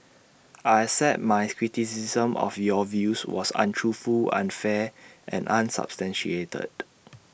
I accept that my criticism of your views was untruthful unfair and unsubstantiated